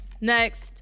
next